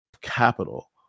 capital